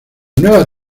nueva